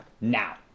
now